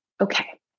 okay